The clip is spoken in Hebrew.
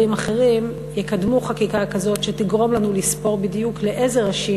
אחרים יקדמו חקיקה כזאת שתגרום לנו לספור בדיוק לאיזה ראשים